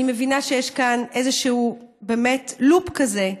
אני מבינה שיש כאן איזשהו לופ כזה,